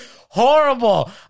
horrible